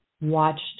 watched